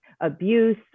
abuse